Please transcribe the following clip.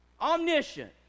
Omniscient